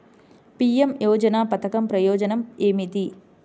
PM యోజన పధకం ప్రయోజనం ఏమితి?